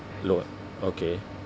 loan okay